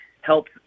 help